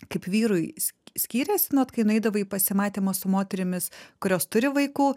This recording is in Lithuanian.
kaip vyrui skyrėsi nu vat kai nueidavai į pasimatymą su moterimis kurios turi vaikų